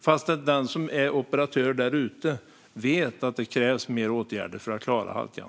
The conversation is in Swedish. Detta trots att den som är operatör där ute vet att det krävs mer åtgärder för att klara halkan.